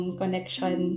connection